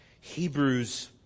Hebrews